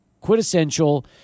quintessential